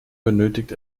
benötigt